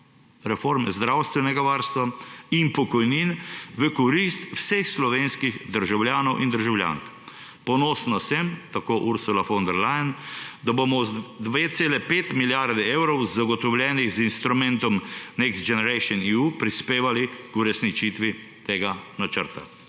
oskrbe, zdravstvenega varstva in pokojnin v korist vseh slovenskih državljanov in državljank. Ponosna sem,« tako Ursula von der Leyen, »da bomo z 2,5 milijarde evrov, zagotovljenih z instrumentom Next Generation EU, prispevali k uresničitvi tega načrta.«